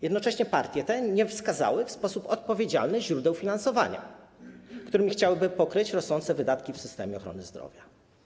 Jednocześnie partie te nie wskazały w sposób odpowiedzialny źródeł finansowania, którymi chciałyby pokryć rosnące wydatki w systemie ochrony zdrowia.